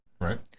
Right